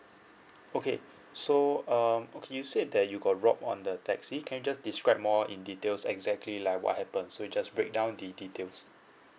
okay so uh you said that you got robbed on the taxi can you just describe more in details exactly like what happen so just break down the details